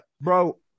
Bro